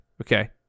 okay